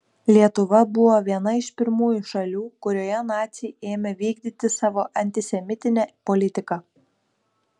lietuva buvo viena iš pirmųjų šalių kurioje naciai ėmė vykdyti savo antisemitinę politiką